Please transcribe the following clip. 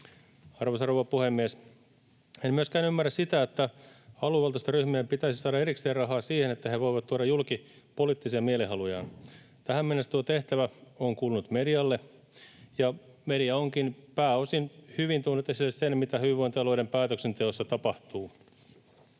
Arvoisa rouva puhemies! En myöskään ymmärrä sitä, että aluevaltuustoryhmien pitäisi saada erikseen rahaa siihen, että he voivat tuoda julki poliittisia mielihalujaan. Tähän mennessä tuo tehtävä on kuulunut medialle, ja media onkin pääosin hyvin tuonut esille sen, mitä hyvinvointialueiden päätöksenteossa tapahtuu.